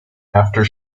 after